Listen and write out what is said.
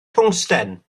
twngsten